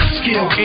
skill